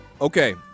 Okay